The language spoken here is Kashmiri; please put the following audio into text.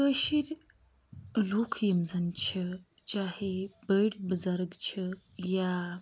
کٲشِر لُکھ یِم زَن چھِ چاہے بٔڑۍ بُزَرٕگ چھِ یا